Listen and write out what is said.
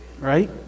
right